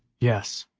yes,